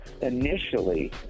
initially